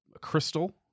Crystal